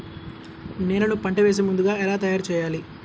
నేలను పంట వేసే ముందుగా ఎలా తయారుచేయాలి?